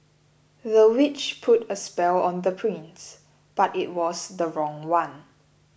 the witch put a spell on the prince but it was the wrong one